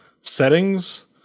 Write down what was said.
Settings